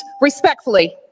respectfully